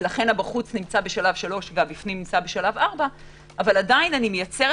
לכן בחוץ נמצא בשלב 3 ובפנים נמצא בשלב 4. אבל אני עדיין מייצרת